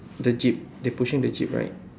the jeep they pushing the jeep right